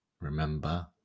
remember